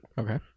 Okay